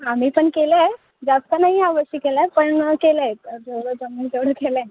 आम्ही पण केलं आहे जास्त नाही यावर्षी केलं आहे पण केलं आहे जेवढं जमेल तेवढं केलं आहे